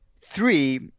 three